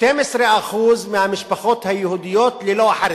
12% מהמשפחות היהודיות ללא החרדים.